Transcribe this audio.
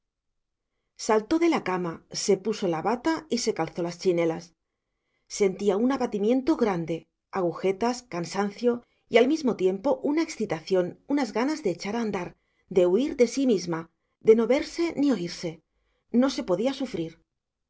saltó de la cama se puso la bata y se calzó las chinelas sentía un abatimiento grande agujetas cansancio y al mismo tiempo una excitación unas ganas de echar a andar de huir de sí misma de no verse ni oírse no se podía sufrir